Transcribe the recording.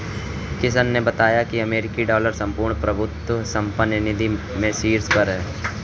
किशन ने बताया की अमेरिकी डॉलर संपूर्ण प्रभुत्व संपन्न निधि में शीर्ष पर है